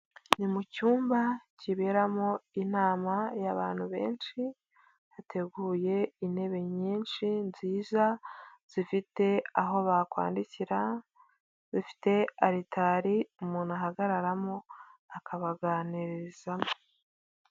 Ni mu cyumba kiberamo intama y'abantu benshi, hateguye intebe nyinshi nziza zifite aho bakwandikira, ifite aritari umuntu ahagararamo akabaganiririzamo.